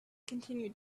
continued